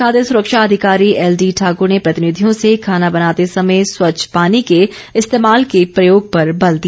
खाद्य सुरक्षा अधिकारी एलडी ठाकुर ने मौजूद प्रतिनिधियों र्से खाना बनाते समय स्वच्छ पानी के इस्तेमाल पर बल दिया